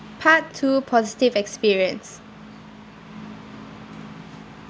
part two positive experience